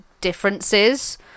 differences